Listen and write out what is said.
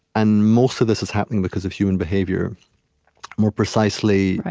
and most of this is happening because of human behavior more precisely,